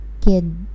kid